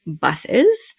buses